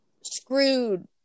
screwed